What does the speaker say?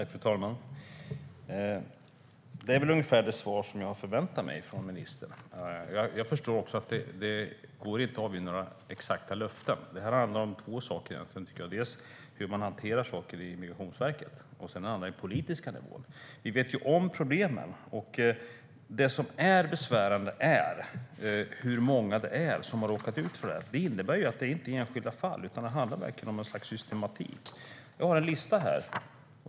Fru talman! Det är väl ungefär det svar som jag förväntar mig från ministern. Jag förstår att det inte går att avge några exakta löften. Det här handlar om två saker, tycker jag. Det handlar om hur man hanterar saker i Migrationsverket och om den politiska nivån. Vi vet om problemen. Det som är besvärande är hur många det är som har råkat ut för det här. Det innebär att det inte är enskilda fall, utan det handlar verkligen om något slags systematik. Jag har en lista här.